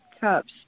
Cups